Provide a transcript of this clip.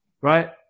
right